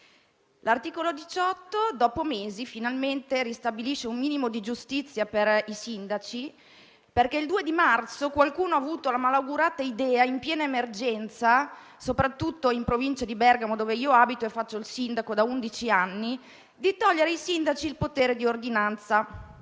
L'articolo 18, dopo mesi, finalmente ristabilisce un minimo di giustizia per i sindaci. Il 2 marzo qualcuno ha avuto la malaugurata idea, in piena emergenza, soprattutto in Provincia di Bergamo, dove abito e faccio il sindaco da undici anni, di togliere ai sindaci, che hanno